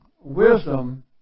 wisdom